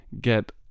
get